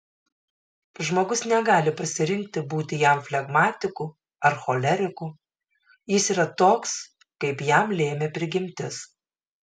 žmogus negali pasirinkti būti jam flegmatiku ar choleriku jis yra toks kaip jam lėmė prigimtis